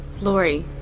Lori